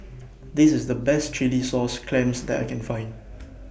This IS The Best Chilli Sauce Clams that I Can Find